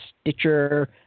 Stitcher